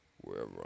wherever